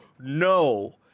no